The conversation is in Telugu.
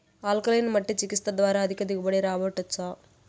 ఆల్కలీన్ మట్టి చికిత్స ద్వారా అధిక దిగుబడి రాబట్టొచ్చా